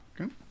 okay